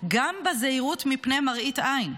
גם בזהירות מפני מראית עין,